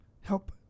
help